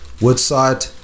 Woodside